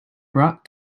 brought